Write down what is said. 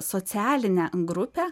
socialinę grupę